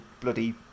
bloody